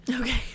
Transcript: Okay